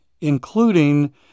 including